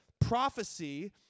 prophecy